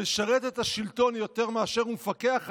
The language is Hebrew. המשרת את השלטון יותר מאשר הוא מפקח עליו,